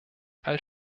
als